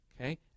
okay